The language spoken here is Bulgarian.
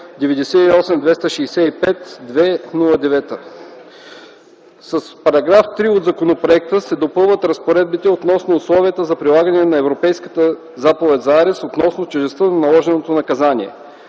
С § 3 от законопроекта се допълват разпоредбите относно условията за прилагане на Европейската заповед за арест относно тежестта на наложеното наказание.